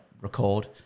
record